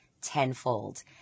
tenfold